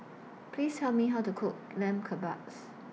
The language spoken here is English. Please Tell Me How to Cook Lamb Kebabs